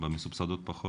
במסובסדות פחות.